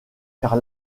car